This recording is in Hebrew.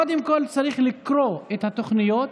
קודם כול צריך לקרוא את התוכניות,